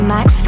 Max